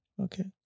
okay